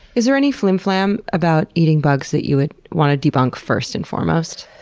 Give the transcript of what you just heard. is there any flimflam about eating bugs that you would want to debunk first and foremost?